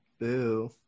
Boo